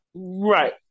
Right